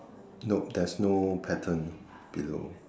nope there's no pattern below